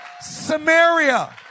Samaria